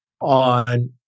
on